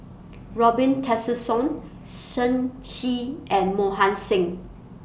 Robin Tessensohn Shen Xi and Mohan Singh